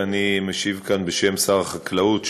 אף שאני משיב כאן בשם שר החקלאות,